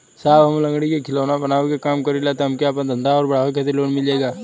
साहब हम लंगड़ी क खिलौना बनावे क काम करी ला हमके आपन धंधा अउर बढ़ावे के खातिर लोन मिल जाई का?